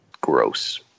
gross